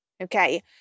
Okay